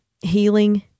healing